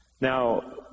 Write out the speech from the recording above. Now